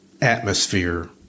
atmosphere